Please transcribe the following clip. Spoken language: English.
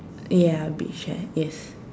ya beach eh yes